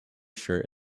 shirt